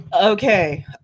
Okay